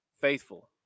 faithful